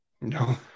No